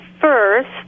first